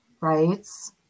rights